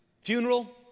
funeral